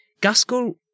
Gaskell